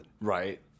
Right